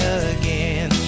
again